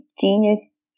genius